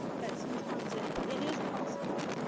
but sometimes it it is possible,